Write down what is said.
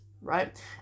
right